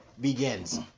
begins